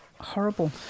horrible